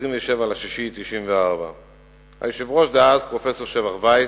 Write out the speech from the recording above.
27 ביוני 1994. היושב-ראש דאז, פרופסור שבח וייס,